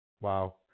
wow